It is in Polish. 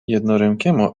jednorękiemu